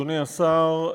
אדוני השר,